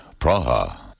Praha